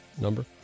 number